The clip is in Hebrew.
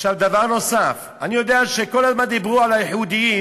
דבר נוסף, אני יודע שכל הזמן דיברו על ה"ייחודיים"